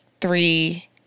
three